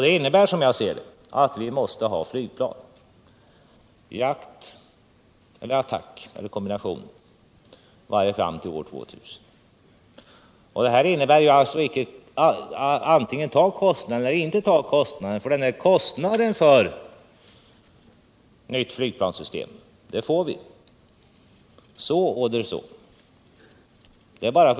Det innebär, som jag ser det, att vi måste ha flygplan — jaktplan, attackplan eller en kombination av de båda, i varje fall fram till år 2000. Kostnaden för ett nytt flygvapensystem får vi på det ena eller andra sättet.